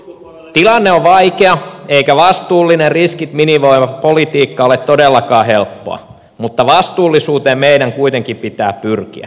tilanne on vaikea eikä vastuullinen riskit minimoiva politiikka ole todellakaan helppoa mutta vastuullisuuteen meidän kuitenkin pitää pyrkiä